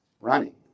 running